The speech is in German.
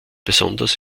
besonders